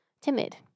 timid